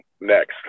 next